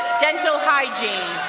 dental hygiene.